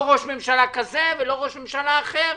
לא ראש ממשלה כזה ולא ראש ממשלה אחר.